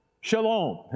Shalom